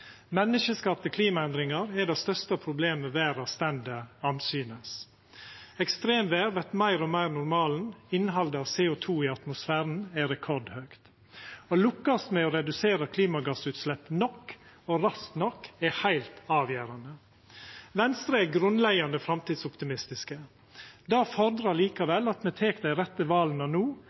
Menneskeskapte klimaendringar er det største problemet verda står andsynes. Ekstremvêr vert meir og meir normalen, innhaldet av CO 2 i atmosfæren er rekordhøgt. Å lukkast med å redusera klimagassutslepp nok, og raskt nok, er heilt avgjerande. Venstre er grunnleggjande framtidsoptimistiske. Det fordrar likevel at me tek dei rette vala no: